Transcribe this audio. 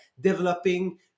developing